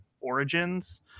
origins